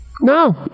No